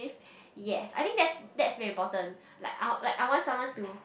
if yes I think that's that's very important like I like I want someone to